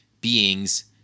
beings